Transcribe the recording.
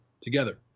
together